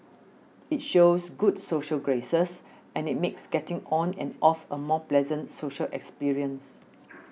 it shows good social graces and it makes getting on and off a more pleasant social experience